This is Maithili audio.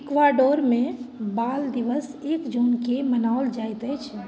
इक्वाडोरमे बाल दिवस एक जूनके मनाओल जाइत अछि